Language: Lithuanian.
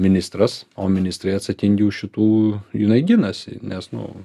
ministras o ministrai atsakingi už šitų jinai ginasi nes nu